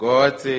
God